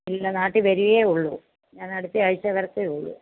ഇല്ല നാട്ടിൽ വരികയെ ഉള്ളൂ ഞാൻ അടുത്ത ആഴ്ച വരത്തേ ഉള്ളൂ